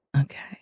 okay